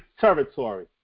territory